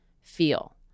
feel